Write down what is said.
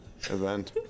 event